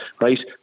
right